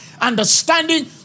understanding